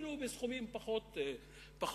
אפילו בסכומים פחות גדולים.